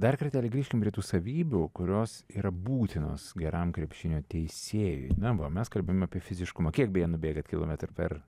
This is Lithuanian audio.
dar kartelį grįžkim prie tų savybių kurios yra būtinos geram krepšinio teisėjui na va mes kalbėjom apie fiziškumą kiek beje nubėgat kilometrų per